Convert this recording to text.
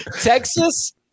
Texas